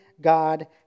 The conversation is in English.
God